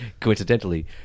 coincidentally